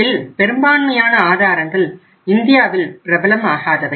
இதில் பெரும்பான்மையான ஆதாரங்கள் இந்தியாவில் பிரபலம் ஆகாதவை